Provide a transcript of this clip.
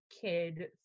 kid